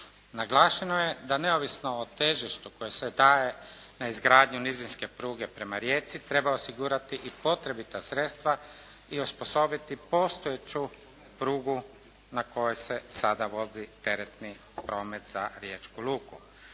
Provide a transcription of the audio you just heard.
Naglašeno je da neovisno o težištu koje se daje na izgradnju nizinske pruge prema Rijeci treba osigurati i potrebita sredstva i osposobiti postojeću prugu na kojoj se sada vodi teretni promet za Riječku luku.